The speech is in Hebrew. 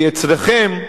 כי אצלכם,